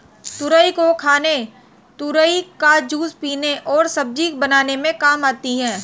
तुरई को खाने तुरई का जूस पीने और सब्जी बनाने में काम आती है